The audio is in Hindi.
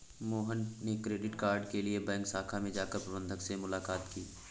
मोहन ने क्रेडिट कार्ड के लिए बैंक शाखा में जाकर प्रबंधक से मुलाक़ात की